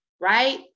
right